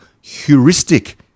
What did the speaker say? heuristic